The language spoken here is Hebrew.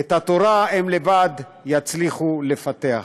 את התורה הם לבד יצליחו לפתח.